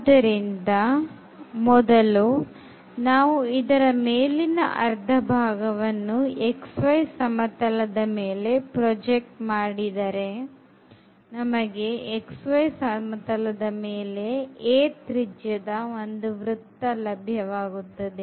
ಆದ್ದರಿಂದ ಮೊದಲು ನಾವು ಇದರ ಮೇಲಿನ ಅರ್ಧ ಭಾಗವನ್ನು xy ಸಮತಲದ ಮೇಲೆ ಪ್ರೊಜೆಕ್ಟ್ ಮಾಡಿದರೆ ನಮಗೆ xy ಸಮತಲದ ಮೇಲೆ a ತ್ರಿಜ್ಯದ ಒಂದು ವೃತ್ತ ಲಭ್ಯವಾಗುತ್ತದೆ